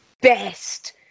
best